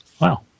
wow